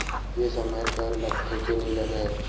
के समय कर लगथे के नइ लगय?